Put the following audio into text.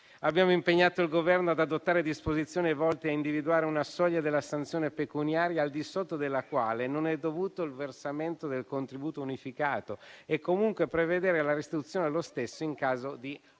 Abbiamo impegnato il Governo ad adottare disposizioni volte a individuare una soglia della sanzione pecuniaria al di sotto della quale non è dovuto il versamento del contributo unificato e comunque prevedere la restituzione dello stesso in caso di accoglimento